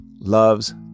loves